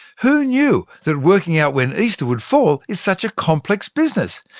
who knew that working out when easter would fall is such a complex business?